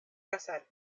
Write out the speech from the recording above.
cazar